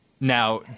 Now